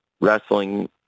wrestling